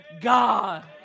God